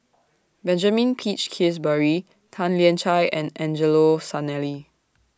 Benjamin Peach Keasberry Tan Lian Chye and Angelo Sanelli